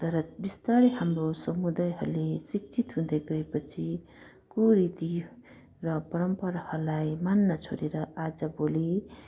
तर बिस्तारै हाम्रो समुदायहरूले शिक्षित हुँदै गएपछि कुरीति र परम्पराहरूलाई मान्न छोडेर आजभोलि